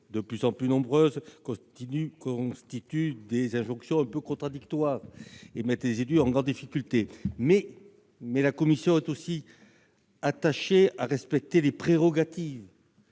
de plus en plus nombreuses constituent des injonctions quelque peu contradictoires et mettent les élus en grande difficulté. Toutefois, la commission est aussi attachée au respect des prérogatives